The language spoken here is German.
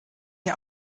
ihr